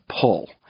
pull